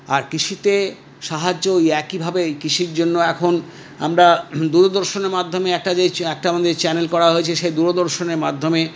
আর কৃষিতে সাহায্য ওই একইভাবে এই কৃষির জন্য এখন আমরা দূরদর্শনের মাধ্যমে একটা যে চ একটা আমাদের চ্যানেল করা হয়েছে সেই দূরদর্শনের মাধ্যমে